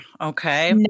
okay